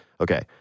Okay